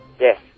Yes